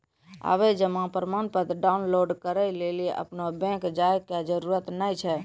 आबे जमा प्रमाणपत्र डाउनलोड करै लेली अपनो बैंक जाय के जरुरत नाय छै